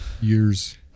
years